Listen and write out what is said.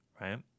right